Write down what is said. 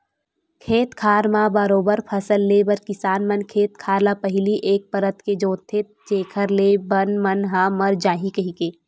खेत खार म बरोबर फसल ले बर किसान मन खेत खार ल पहिली एक परत के जोंतथे जेखर ले बन मन ह मर जाही कहिके